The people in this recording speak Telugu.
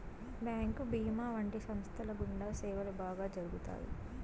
బ్యాంకు భీమా వంటి సంస్థల గుండా సేవలు బాగా జరుగుతాయి